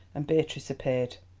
and beatrice appeared.